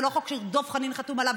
זה לא החוק שדב חנין חתום עליו.